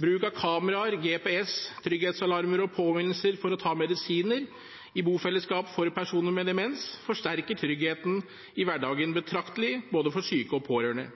bruk av kameraer, GPS, trygghetsalarmer og påminnelser for å ta medisiner – i bofellesskap for personer med demens – forsterker tryggheten i hverdagen betraktelig, både for syke og pårørende.